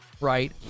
right